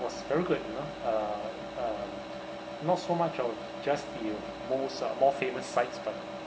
was very good you know uh uh not so much of just the most uh more famous sites but